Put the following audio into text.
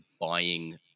buying